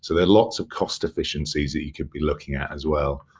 so, there are lots of cost efficiencies that you could be looking at as well.